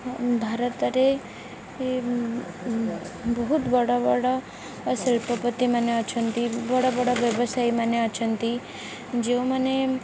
ଭାରତରେ ବହୁତ ବଡ଼ ବଡ଼ ଶିଳ୍ପତି ମାନେ ଅଛନ୍ତି ବଡ଼ ବଡ଼ ବ୍ୟବସାୟୀମାନେେ ଅଛନ୍ତି ଯେଉଁମାନେ